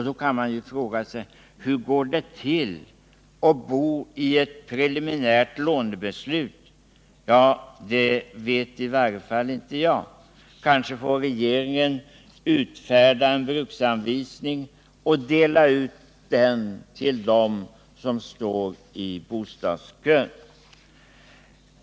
Då han man fråga sig: Hur går det till att bo i ett preliminärt lånebeslut? Ja, det vet i varje fall inte jag. Kanske måste regeringen utfärda en bruksanvisning och dela ut den till dem som står i bostadskön.